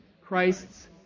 Christ's